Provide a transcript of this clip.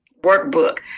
workbook